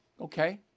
Okay